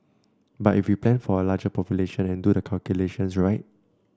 but if we plan for a larger population and do the calculations right